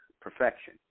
perfection